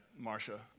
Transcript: Marsha